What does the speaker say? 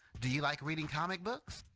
do you like reading comic books?